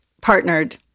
partnered